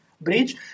bridge